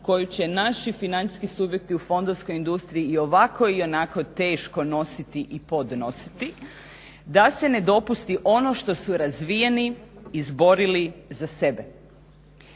koju će naši financijski subjekti u fondovskoj industriji i ovako i onako teško nositi i podnositi, da se ne dopusti ono što su razvijeni izborili za sebe.